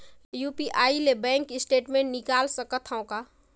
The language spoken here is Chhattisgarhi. यू.पी.आई ले बैंक स्टेटमेंट निकाल सकत हवं का?